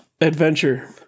adventure